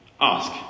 ask